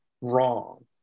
wrong